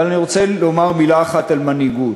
אבל אני רוצה לומר מילה אחת על מנהיגות.